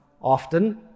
often